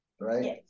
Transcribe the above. right